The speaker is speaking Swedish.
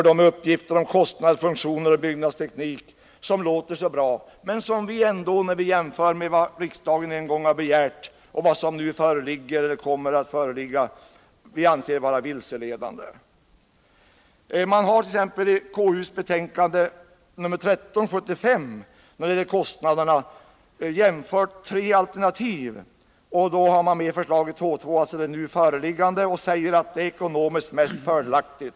De uppgifter om kostnadsfunktioner och byggnadsteknik som redovisas låter så bra, men mot bakgrund av det som riksdagen en gång begärt och de förhållanden som nu föreligger och kommer att föreligga anser vi dem vara vilseledande. Man hart.ex. i konstitutionsutskottets betänkande nr 13 år 1975 jämfört tre alternativ beträffande kostnaderna. Ett av dessa, det nu föreliggande förslaget H 2, framställs där som det ekonomiskt mest fördelaktiga.